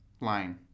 line